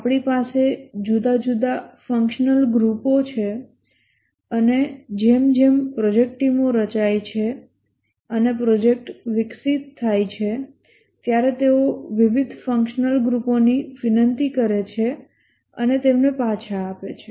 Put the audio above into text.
આપણી પાસે જુદા જુદા ફંક્શનલ ગ્રુપો છે અને જેમ જેમ પ્રોજેક્ટ ટીમો રચાય છે અને પ્રોજેક્ટ વિકસિત થાય છે ત્યારે તેઓ વિવિધ ફંક્શનલ ગ્રુપોની વિનંતી કરે છે અને તેમને પાછા આપે છે